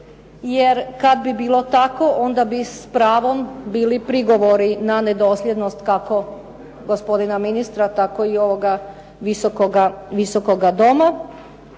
jer kad bi bilo tako onda bi s pravom bili prigovori na nedosljednost kako gospodina ministra tako i ovoga Visokoga doma,